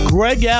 Greg